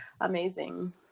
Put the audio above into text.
Amazing